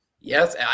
Yes